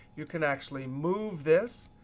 you can actually move this.